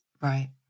Right